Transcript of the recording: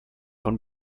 von